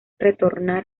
retornar